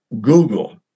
Google